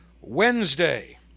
Wednesday